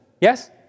Yes